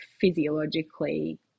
physiologically